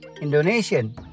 Indonesian